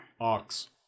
Ox